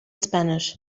spanish